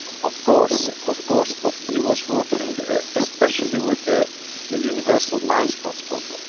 of course. of course. but he was working especially with the the universal microscope.